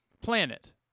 planet